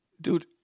Dude